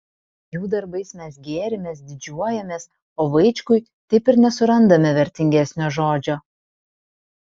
jų darbais mes gėrimės didžiuojamės o vaičkui taip ir nesurandame vertingesnio žodžio